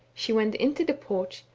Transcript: she went into the porch,